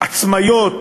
עצמאיות